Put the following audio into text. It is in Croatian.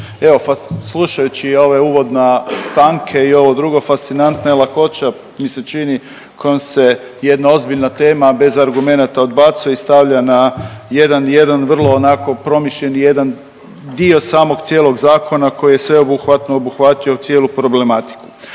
evo slušajući ove uvoda stanke i ovo drugo fascinantna je lakoća mi se čini kojom se jedna ozbiljna tema bez argumenata odbacuje i stavlja na jedan, jedan vrlo onako promišljeni jedan dio samog cijelog zakona koji je sveobuhvatno obuhvatio cijelu problematiku.